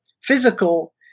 physical